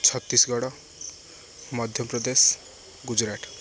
Chhattisgarh Madhya Pradesh Gujarat